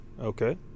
Okay